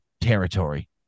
territory